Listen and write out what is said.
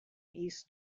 east